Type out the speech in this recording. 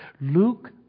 Luke